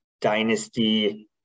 Dynasty